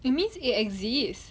it means it exists